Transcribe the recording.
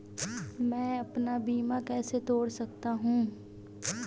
मैं अपना बीमा कैसे तोड़ सकता हूँ?